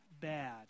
bad